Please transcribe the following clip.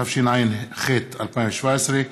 התשע"ח 2017,